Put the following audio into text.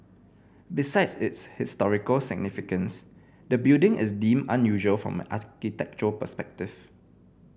besides its historical significance the building is deemed unusual from architectural perspective